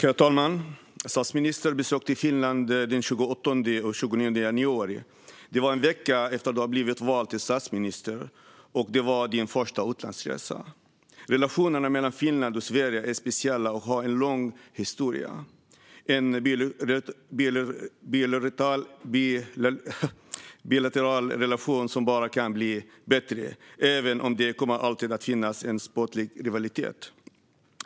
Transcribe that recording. Herr talman! Statsministern besökte Finland den 28-29 januari. Det var statsministerns första utlandsresa efter att han blivit vald till statsminister en vecka tidigare. Relationen mellan Finland och Sverige är speciell och har en lång historia. Det är en bilateral relation som bara kan bli bättre, även om det alltid kommer att finnas en sportslig rivalitet.